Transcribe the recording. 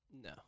No